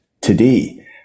today